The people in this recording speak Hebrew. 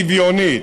ושוויונית,